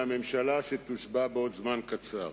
מהממשלה שתושבע בעוד זמן קצר.